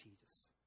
Jesus